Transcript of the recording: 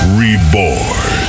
reborn